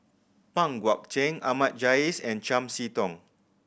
Pang Guek Cheng Ahmad Jais and Chiam See Tong